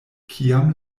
kiam